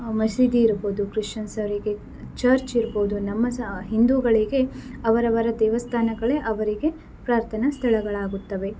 ಮಸೀದಿ ಇರ್ಬೋದು ಕ್ರಿಶ್ಚಿಯನ್ಸರಿಗೆ ಚರ್ಚ್ ಇರ್ಬೋದು ನಮ್ಮ ಸಾ ಹಿಂದೂಗಳಿಗೆ ಅವರವರ ದೇವಸ್ಥಾನಗಳೇ ಅವರಿಗೆ ಪ್ರಾರ್ಥನಾ ಸ್ಥಳಗಳಾಗುತ್ತವೆ